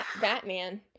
Batman